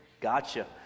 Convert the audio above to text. Gotcha